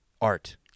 art